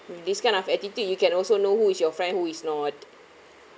with this kind of attitude you can also know who is your friend who is not